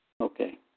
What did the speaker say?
Okay